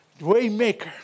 Waymaker